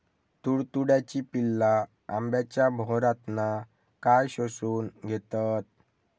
तुडतुड्याची पिल्ला आंब्याच्या मोहरातना काय शोशून घेतत?